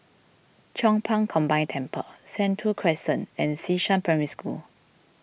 Chong Pang Combined Temple Sentul Crescent and Xishan Primary School